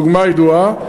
הדוגמה הידועה.